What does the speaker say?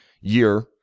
year